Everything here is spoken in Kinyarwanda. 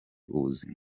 ubuzima